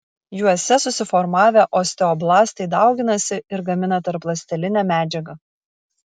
juose susiformavę osteoblastai dauginasi ir gamina tarpląstelinę medžiagą